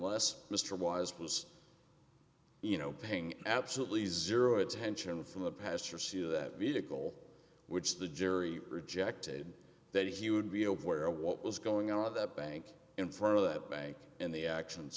less mr wise was you know paying absolutely zero attention from the pastor see that vehicle which the jury rejected that he would be aware of what was going on at the bank in front of that bank and the actions